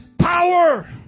power